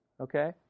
Okay